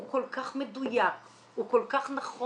הוא כל כך מדויק, הוא כל כך נכון.